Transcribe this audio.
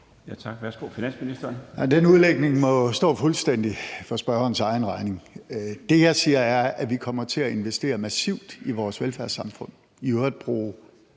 Den udlægning må stå fuldstændig for spørgerens egen regning. Det, jeg siger, er, at vi kommer til at investere massivt i vores velfærdssamfund